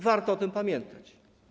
Warto o tym pamiętać.